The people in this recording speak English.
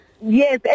Yes